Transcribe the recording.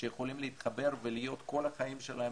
שיכולים להתחבר ולהיות כל החיים שלהם